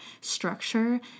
structure